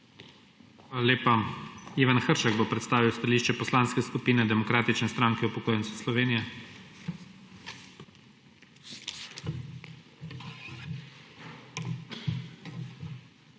Hvala lepa. Ivan Hršak bo predstavil stališče Poslanske skupine Demokratične stranke upokojencev Slovenije. IVAN HRŠAK